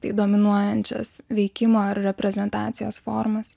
tai dominuojančias veikimo ar reprezentacijos formas